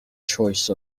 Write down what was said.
choice